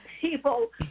people